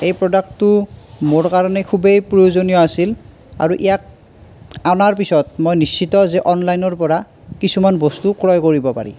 এই প্ৰডাক্টটো মোৰ কাৰণে খুবেই প্ৰয়োজনীয় আছিল আৰু ইয়াক আনাৰ পিছত মই নিশ্চিত যে অনলাইনৰ পৰা কিছুমান বস্তু ক্ৰয় কৰিব পাৰি